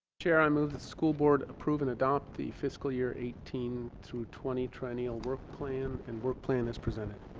chair i move the school board approve and adopt the fiscal year eighteen through twenty triennial work plan and work plan as presented